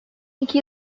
iki